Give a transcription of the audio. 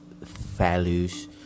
values